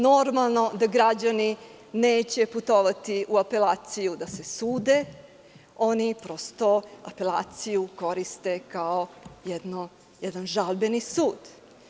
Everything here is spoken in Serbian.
Normalno da građani neće putovati u apelaciju da se sude, oni prosto apelaciju koriste kao jedan žalbeni sud.